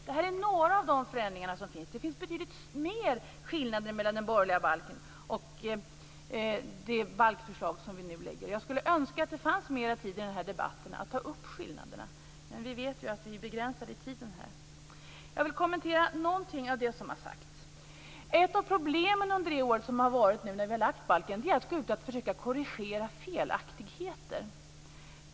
Det är några av de förändringar som finns. Det finns också betydligt fler skillnader mellan den borgerliga balken och det balkförslag som vi nu lägger fram. Jag skulle önska att det fanns mer tid till att ta upp skillnaderna i den här debatten, men vi vet ju att vi är begränsade i tiden. Jag vill kommentera något av det som har sagts. Ett av problemen under det år då vi har lagt fram balken har varit att försöka gå ut och korrigera felaktigheter.